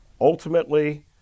Ultimately